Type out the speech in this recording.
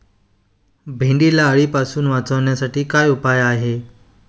भेंडीला अळीपासून वाचवण्यासाठी काय उपाय आहे?